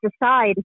decide